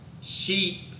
sheep